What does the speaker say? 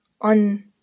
on